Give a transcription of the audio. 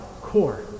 core